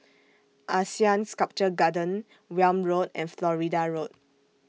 Asean Sculpture Garden Welm Road and Florida Road